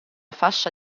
fascia